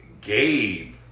Gabe